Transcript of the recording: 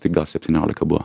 tai gal septyniolika buvo